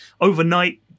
overnight